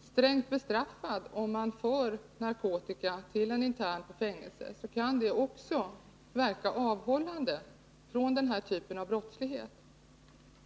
strängt bestraffad ifall man för narkotika till en intern på ett fängelse, så kan det också verka avhållande när det gäller den här typen av brottslighet.